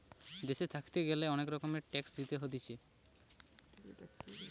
দেশে থাকতে গ্যালে অনেক রকমের ট্যাক্স দিতে হতিছে